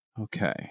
Okay